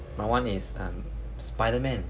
my one is um spiderman